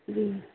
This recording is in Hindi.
जी